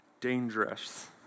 dangerous